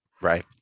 Right